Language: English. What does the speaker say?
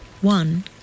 One